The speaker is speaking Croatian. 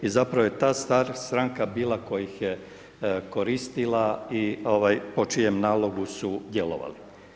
I zapravo je ta stranka bila koja ih je koristila i po čijem navodu su djelovali.